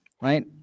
right